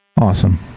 Awesome